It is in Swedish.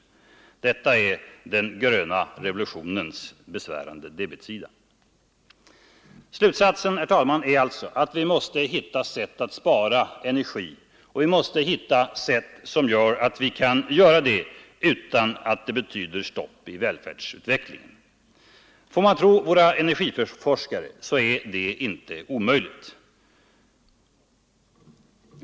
Detta är den ”gröna revolutionens” besvärande debetsida. Slutsatsen, herr talman, är alltså att vi måste hitta sätt att spara energi utan att detta behöver betyda stopp i välfärdsutvecklingen. Får man tro våra energiforskare är detta inte omöjligt.